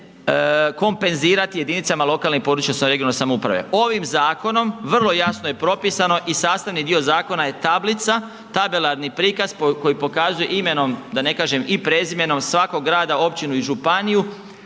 kompenzirati jedinicama lokalne i područne odnosno regionalne samouprave. Ovim zakonom vrlo jasno je propisano i sastavni dio zakona je tablica, tabelarni prikaz koji pokazuje imenom, da ne kažem i prezimenom svakog grada, općinu i županiju